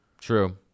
True